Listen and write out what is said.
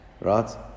right